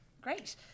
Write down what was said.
Great